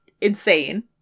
insane